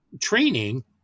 training